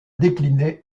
décliner